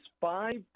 five